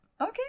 Okay